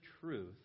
truth